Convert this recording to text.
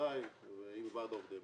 בוודאי עם משאבי אנוש ועם ועד העובדים,